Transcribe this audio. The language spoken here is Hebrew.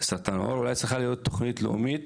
סרטן העור, אולי צריכה להיות תוכנית לאומית